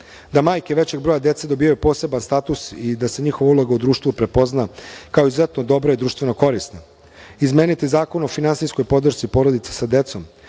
da majke većeg broja dece dobijaju poseban status i da se njihova uloga u društvu prepozna, kao izuzetno dobra i društveno korisna, izmeniti Zakon o finansijskoj podršci porodica sa decom